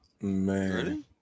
Man